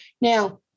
Now